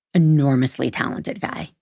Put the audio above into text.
enormously talented guy.